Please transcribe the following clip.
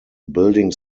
building